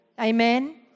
Amen